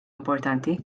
importanti